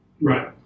Right